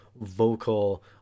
vocal